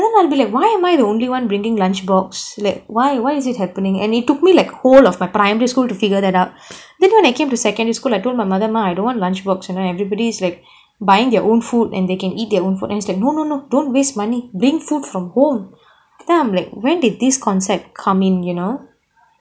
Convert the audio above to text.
and then I'll be like why am I the only one bringing lunch box like why why is it happening and it took me like whole of my primary school to figure that out then when I came to secondary school I told my mother மா:maa I don't want lunch box you know everybody's like buying their own food and they can eat their own food and she was like no no no don't waste money bring food from home then I'm like when did this concept come in you know